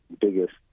biggest